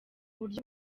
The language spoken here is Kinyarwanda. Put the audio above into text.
buryo